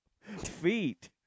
feet